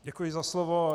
Děkuji za slovo.